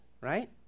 right